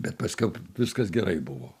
bet paskiau viskas gerai buvo